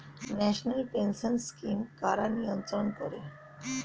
National pension scheme কারা নিয়ন্ত্রণ করে?